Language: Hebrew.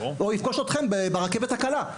או אתכם ברכבת הקלה.